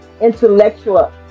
intellectual